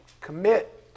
Commit